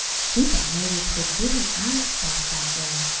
she thought maybe twould get him out of hisself that way.